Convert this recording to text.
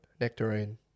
nectarine